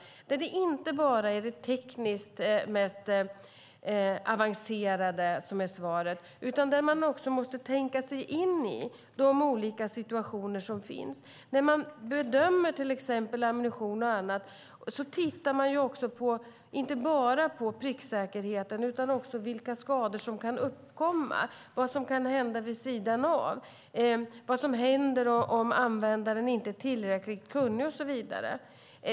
Det är inte bara det tekniskt mest avancerade som är svaret. Man måste också tänka sig in i de olika situationer som finns. När man bedömer till exempel ammunition och annat tittar man inte bara på pricksäkerheten utan också vilka skador som kan uppkomma, vad som kan hända vid sidan av och vad som händer om användaren inte är tillräckligt kunnig och så vidare.